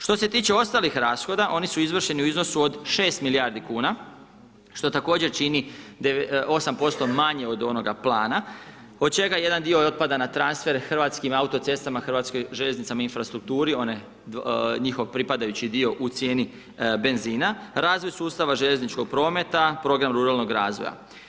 Što se tiče ostalih rashoda oni su izvršeni u iznosu od 6 milijardi kuna što također čini 8% manje od onoga plana, od čega jedan dio otpada na transfer Hrvatskim autocestama, Hrvatskoj željeznici infrastrukturi onaj njihov pripadajući dio u cijeni benzina, razvoj sustava željezničkog prometa, program ruralnog razvoja.